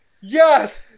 yes